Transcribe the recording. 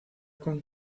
con